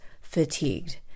fatigued